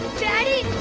daddy.